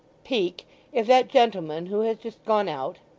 peak if that gentleman who has just gone out